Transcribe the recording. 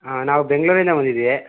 ಹಾಂ ನಾವು ಬೆಂಗಳೂರಿಂದ ಬಂದಿದ್ದೀವಿ